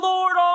Lord